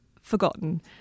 forgotten